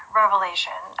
revelation